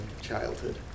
childhood